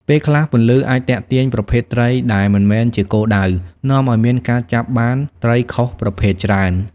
ពេលខ្លះពន្លឺអាចទាក់ទាញប្រភេទត្រីដែលមិនមែនជាគោលដៅ នាំឱ្យមានការចាប់បានត្រីខុសប្រភេទច្រើន។